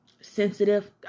sensitive